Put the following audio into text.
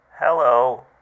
Hello